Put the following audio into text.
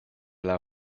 laŭ